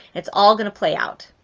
it's all going to play out.